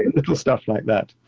little stuff like that.